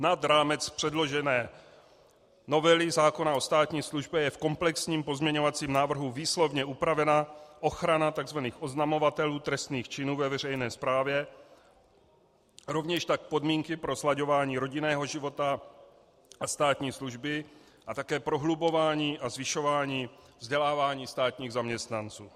Nad rámec předložené novely zákona o státní službě je v komplexním pozměňovacím návrhu výslovně upravena ochrana takzvaných oznamovatelů trestných činů ve veřejné správě, rovněž tak podmínky pro slaďování rodinného života a státní služby a také prohlubování a zvyšování vzdělávání státních zaměstnanců.